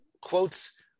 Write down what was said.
quotes